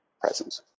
presence